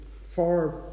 far